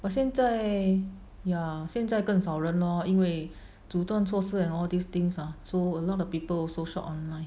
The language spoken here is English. but 现在 ya 现在更少人 lor 因为主动措施 and all these things ah so a lot of people also shop online